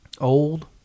Old